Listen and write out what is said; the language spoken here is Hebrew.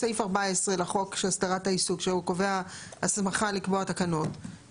לתת להם את המסגרת כדי להתמודד עם המשבר ולהתקדם האלה.